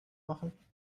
machen